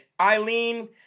Eileen